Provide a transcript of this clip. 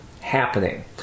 happening